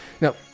Now